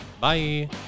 Bye